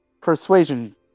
Persuasion